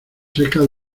secas